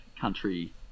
country